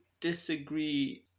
disagree